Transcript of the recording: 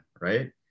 right